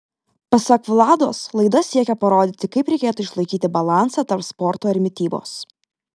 pasak vlados laida siekia parodyti kaip reikėtų išlaikyti balansą tarp sporto ir mitybos